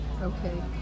Okay